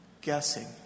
guessing